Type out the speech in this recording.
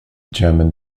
german